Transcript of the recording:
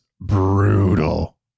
brutal